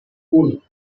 uno